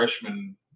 freshman